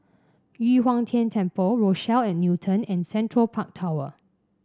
Yu Huang Tian Temple Rochelle at Newton and Central Park Tower